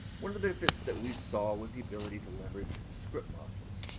one of the benefits that we saw was the ability to leverage script modules.